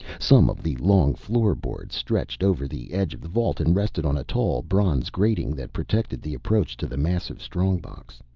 some of the long floor-boards stretched over the edge of the vault and rested on a tall, bronze grating that protected the approach to the massive strong-box.